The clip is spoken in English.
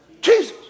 Jesus